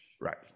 Right